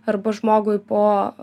arba žmogui po